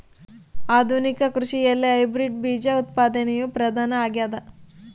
ಆಧುನಿಕ ಕೃಷಿಯಲ್ಲಿ ಹೈಬ್ರಿಡ್ ಬೇಜ ಉತ್ಪಾದನೆಯು ಪ್ರಧಾನ ಆಗ್ಯದ